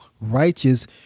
righteous